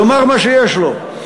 יאמר מה שיש לו,